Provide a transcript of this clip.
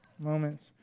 moments